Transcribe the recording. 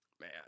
Man